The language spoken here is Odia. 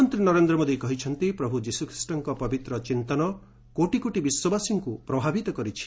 ପ୍ରଧାନମନ୍ତ୍ରୀ ନରେନ୍ଦ୍ର ମୋଦି କହିଛନ୍ତି ପ୍ରଭୁ ଯିଶୁଖ୍ରୀଷ୍ଟଙ୍କ ପବିତ୍ର ଚିନ୍ତନ କୋଟି କୋଟି ବିଶ୍ୱବାସୀଙ୍କୁ ପ୍ରଭାବିତ କରିଛି